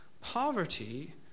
poverty